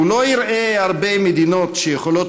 הוא לא יראה הרבה מדינות שיכולות